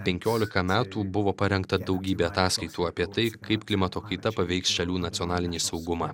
penkiolika metų buvo parengta daugybė ataskaitų apie tai kaip klimato kaita paveiks šalių nacionalinį saugumą